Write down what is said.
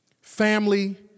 Family